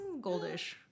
goldish